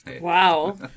Wow